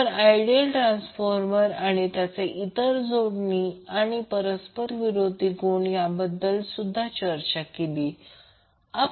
आपण ideal transformer आणि त्याचे इतर जोडणी आणि परस्परविरोधी गुण याबद्दल सुद्धा चर्चा केली